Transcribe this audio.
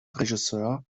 regisseur